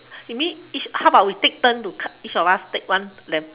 you mean each how about we take turn to card each of us take one then